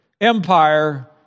Empire